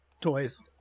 Toys